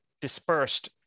dispersed